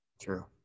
True